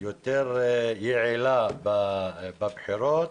יותר יעילה בבחירות.